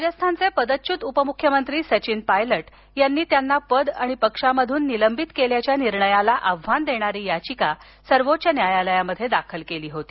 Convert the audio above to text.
राजस्थानचे पदच्युत उपमुख्यमंत्री सचिन पायलट यांनी त्यांना पद आणि पक्षामधून निलंबित केल्याच्या निर्णयाला आव्हान देणारी याचिका सर्वोच्च न्यायालयात दाखल केली होती